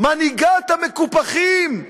מנהיגת המקופחים,